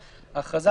ההכרזה,